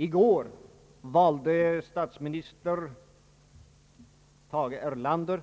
I går valde statsminister Tage Erlander